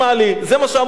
זה מה שהוא אמור לספק,